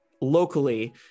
locally